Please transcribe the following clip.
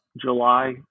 july